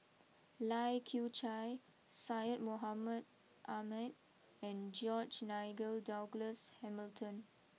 Lai Kew Chai Syed Mohamed Ahmed and George Nigel Douglas Hamilton